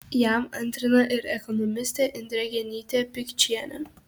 jam antrina ir ekonomistė indrė genytė pikčienė